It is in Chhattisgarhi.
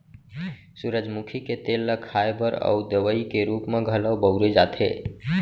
सूरजमुखी के तेल ल खाए बर अउ दवइ के रूप म घलौ बउरे जाथे